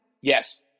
Yes